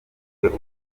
umuti